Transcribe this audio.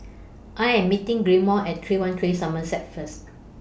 I Am meeting Gilmore At three one three Somerset First